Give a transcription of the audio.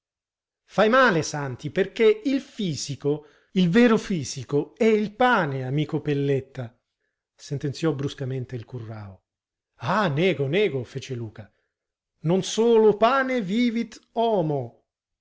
fai male santi perché il fisico il vero fisico è il pane amico pelletta sentenziò bruscamente il currao ah nego nego fece luca non solo pane vivit homo